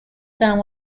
town